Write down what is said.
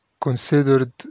considered